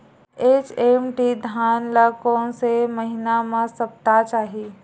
HMT धान ल कोन से महिना म सप्ता चाही?